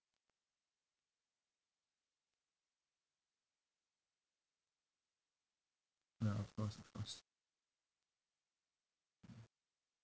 ya of course of course